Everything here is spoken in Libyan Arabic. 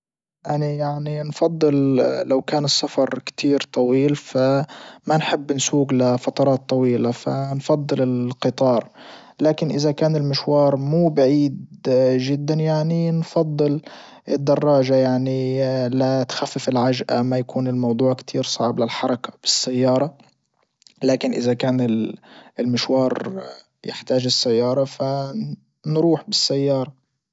اني يعني نفضل لو كان السفر كتير طويل فما نحب نسوج لفترات طويلة فنفضل القطار لكن اذا كان المشوار مو بعيد جدا يعني نفضل الدراجة يعني لتخفف العجئة ما يكون الموضوع كتير صعب بالسيارة لكن اذا كان المشوار يحتاج السيارة فنروح بالسيارة.